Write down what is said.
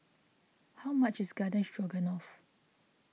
how much is Garden Stroganoff